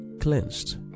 cleansed